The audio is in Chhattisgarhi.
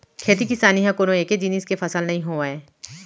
खेती किसानी ह कोनो एके जिनिस के फसल नइ होवय